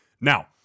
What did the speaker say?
Now